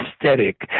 aesthetic